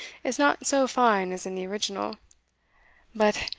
is not so fine as in the original but,